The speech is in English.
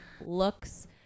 looks